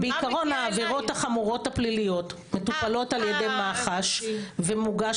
בעיקרון העבירות החמורות הפליליות מטופלות על ידי מח"ש ומוגש